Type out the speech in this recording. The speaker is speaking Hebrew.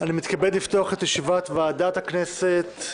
אני מתכבד לפתוח את ישיבת ועדת הכנסת.